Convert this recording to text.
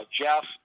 Jeff